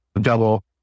double